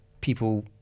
people